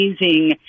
amazing